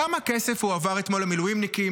כמה כסף הועבר אתמול למילואימניקים,